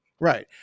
right